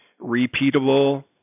repeatable